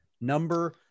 Number